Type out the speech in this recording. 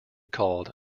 called